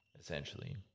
essentially